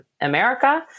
America